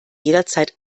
jederzeit